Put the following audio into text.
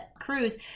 cruise